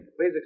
Please